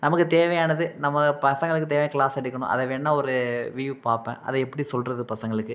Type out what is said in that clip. நமக்குத் தேவையானது நம்ம பசங்களுக்குத் தேவை க்ளாஸ் எடுக்கணும் அதை வேண்ணா ஒரு வியூ பார்ப்பேன் அதை எப்படி சொல்லுறது பசங்களுக்கு